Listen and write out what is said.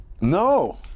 No